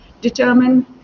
determine